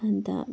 अन्त